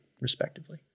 respectively